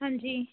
ਹਾਂਜੀ